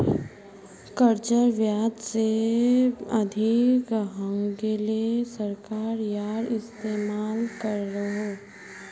कर्जेर ब्याज से अधिक हैन्गेले सरकार याहार इस्तेमाल करोह